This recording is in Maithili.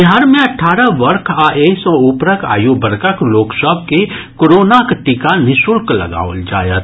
बिहार मे अठारह वर्ष आ एहि सँ ऊपरक आयु वर्गक सभ लोक के कोरोनाक टीका नि शुल्क लगाओल जायत